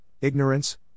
ignorance